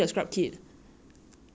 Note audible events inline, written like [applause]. [laughs]